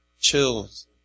chills